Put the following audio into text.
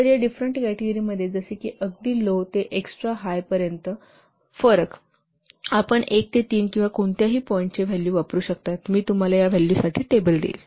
तर या डिफरेंट कॅटेगरीमध्ये जसे की अगदी लो ते एक्सट्रा हाय पर्यंत फरक आपण एक ते तीन किंवा कोणत्याही पॉईंटचे व्हॅल्यू वापरू शकता मी तुम्हाला या व्हॅल्यू साठी टेबल देईन